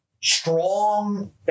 strong